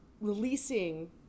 releasing